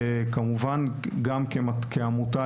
כמובן שגם כעמותה,